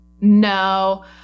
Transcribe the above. No